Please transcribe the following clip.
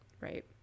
right